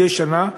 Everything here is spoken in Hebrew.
מדי שנה,